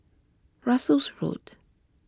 Russels Road